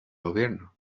gobierno